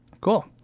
Cool